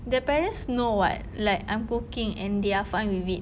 the parents know [what] like I'm cooking and they're fine with it